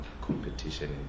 competition